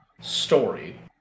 story